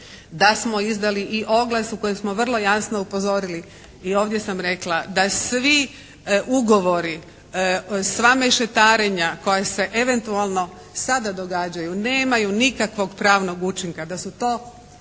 Da smo izdali i oglas u kojem smo vrlo jasno upozorili i ovdje sam rekla da svi ugovori, sva mešetarenja koja se eventualno sada događaju nemaju nikakvog pravnog učinka. Da su to ništetni